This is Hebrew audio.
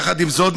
יחד עם זאת,